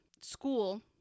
school